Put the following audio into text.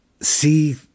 see